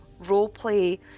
roleplay